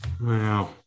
Wow